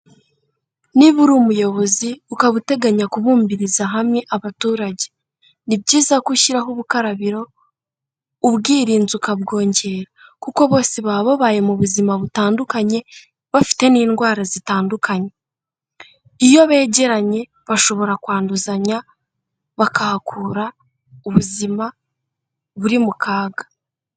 Niba uri umuyobozi ukaba uteganya kubumbiririza hamwe abaturage ni byiza ko ushyiraho ubukarabiro, ubwirinzi ukabwongera, kuko bose baba babaye mu buzima butandukanye, bafite n'indwara zitandukanye. Iyo begeranye bashobora kwanduzanya bakahakura ubuzima buri mu kaga.